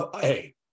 Hey